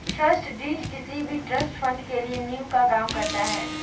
trust deed किसी भी trust fund के लिए नीव का काम करता है